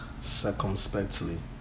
circumspectly